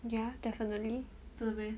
ya definitely